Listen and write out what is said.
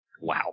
Wow